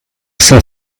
cinq